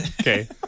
Okay